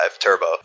turbo